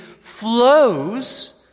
flows